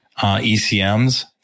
ECMs